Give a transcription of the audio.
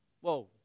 whoa